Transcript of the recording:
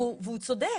הוא צודק.